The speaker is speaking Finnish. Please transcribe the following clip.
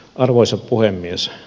arvoisa puhemies